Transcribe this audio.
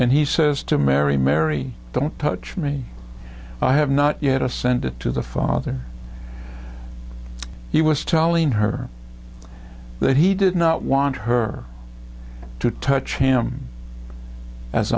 and he says to mary mary don't touch me i have not yet ascended to the father he was telling her that he did not want her to touch him as